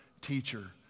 teacher